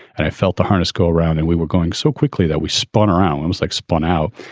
and i felt the harness go around and we were going so quickly that we spun around. i was like spun out.